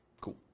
Cool